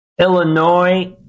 Illinois